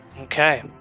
Okay